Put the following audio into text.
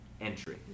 entry